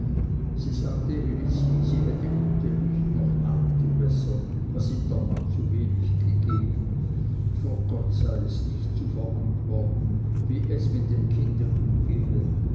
sie sagte elisi sie hätte gute lust noch nachzubessern was ihm der mann zu wenig gegeben vor gott sei es nicht zu verantworten wie es mit dem kinde umgehe